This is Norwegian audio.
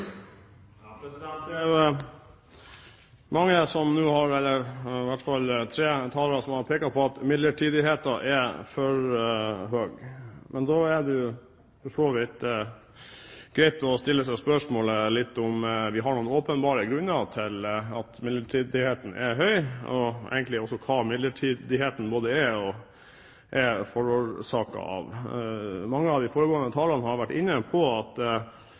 mange – eller i alle fall tre – talere som nå har pekt på at bruken av midlertidige stillinger er for stor. Da er det for så vidt greit å stille seg spørsmålet om det er noen åpenbare grunner til at bruken av midlertidige stillinger er stor, og egentlig både hva det er, og hva det er forårsaket av. Mange av de foregående talere har vært inne på at